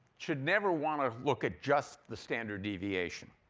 should never want to look at just the standard deviation.